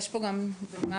את הנתונים האלה